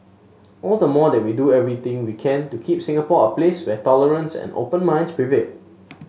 all the more that we do everything we can to keep Singapore a place where tolerance and open minds prevail